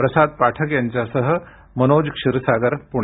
प्रसाद पाठक यांच्यासह मनोज क्षीरसागर पुणे